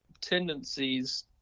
tendencies